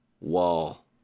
wall